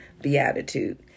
beatitude